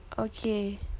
okay